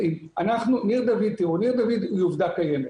ניר דוד היא עובדה קיימת.